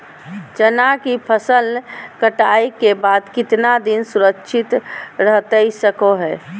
चना की फसल कटाई के बाद कितना दिन सुरक्षित रहतई सको हय?